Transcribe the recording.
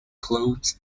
clothes